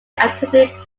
attended